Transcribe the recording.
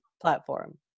platform